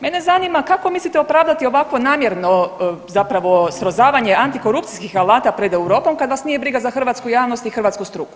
Mene zanima kako mislite opravdati ovako namjerno zapravo srozavanje antikorupcijskih alata pred Europom, kad vas nije briga za hrvatsku javnost i hrvatsku struku?